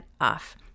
off